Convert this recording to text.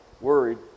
worried